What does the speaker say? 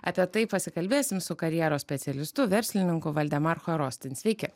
apie tai pasikalbėsim su karjeros specialistu verslininku valdemar harostin sveiki